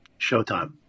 Showtime